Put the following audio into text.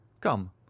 Come